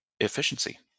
efficiency